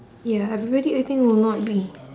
ya everybody I think will not be